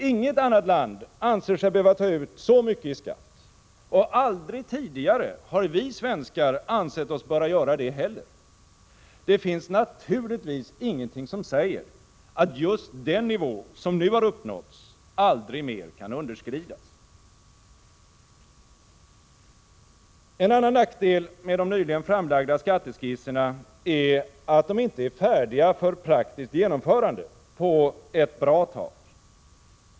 Inget annat land anser sig behöva ta ut så mycket i skatt, och aldrig tidigare har vi svenskar ansett oss böra göra det heller. Det finns naturligtvis ingenting som säger att just den nivå som nu har uppnåtts aldrig mer kan underskridas. En annan nackdel med de nyligen framlagda skatteskisserna är att de inte är färdiga för praktiskt genomförande på ett bra tag.